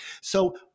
So-